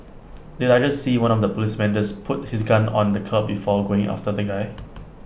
did I just see one of the policemen just put his gun on the curb before going after the guy